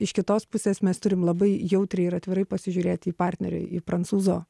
iš kitos pusės mes turim labai jautriai ir atvirai pasižiūrėti į partnerį ir prancūzo